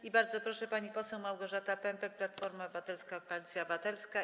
I bardzo proszę, pani poseł Małgorzata Pępek, Platforma Obywatelska - Koalicja Obywatelska.